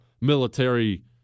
military